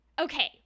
Okay